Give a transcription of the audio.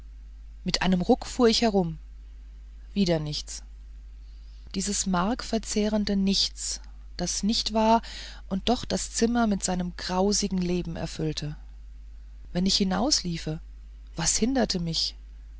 mit einem ruck fuhr ich herum wieder nichts dasselbe markverzehrende nichts das nicht war und doch das zimmer mit seinem grausigen leben erfüllte wenn ich hinausliefe was hinderte mich